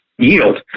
yield